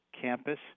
campus